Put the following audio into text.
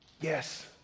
yes